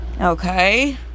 Okay